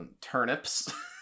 turnips